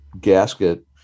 gasket